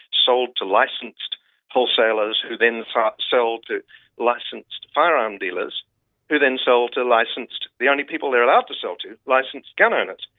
sold to licensed wholesalers who then sell to licensed firearm dealers who then sell to licensed. the only people they're allowed to sell to, licensed gun owners,